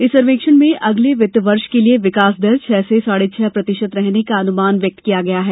इस सर्वेक्षण में अगले वित्त वर्ष के लिए विकास दर छह से साढ़े छह प्रतिशत रहने का अनुमान व्यक्त किया गया है